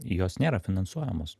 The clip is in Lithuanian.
jos nėra finansuojamos